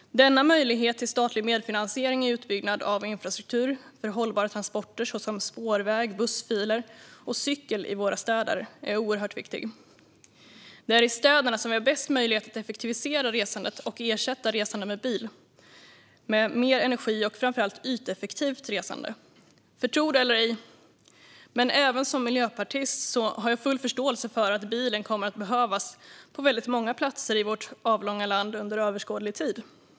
Denna möjlighet till statlig medfinansiering vid utbyggnad av infrastruktur för hållbara transporter, såsom spårväg, bussfiler och cykelbanor, i våra städer är oerhört viktig. Det är i städerna som vi har bäst möjlighet att effektivisera resandet och ersätta resandet med bil med mer energi och framför allt yteffektivt resande. Tro det eller ej, men även jag som miljöpartist har full förståelse för att bilen kommer att behövas på väldigt många platser i vårt avlånga land under överskådlig tid.